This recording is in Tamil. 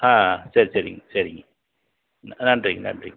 ஆ சரி சரிங்க சரிங்க நன்றிங்க நன்றிங்க